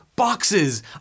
boxes